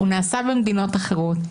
הוא נעשה במדינות אחרות.